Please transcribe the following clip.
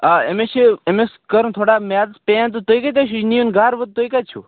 آ أمِس چھِ أمِس کٔرٕن تھوڑا معیادَس پین تُہۍ کَتہِ حظ چھِو یہِ نیٖہوٗن گرٕ تُہۍ کَتہِ چھِو